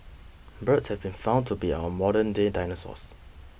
birds have been found to be our modernday dinosaurs